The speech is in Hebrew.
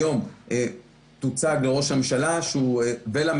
היום תוצג לראש הממשלה ולממשלה,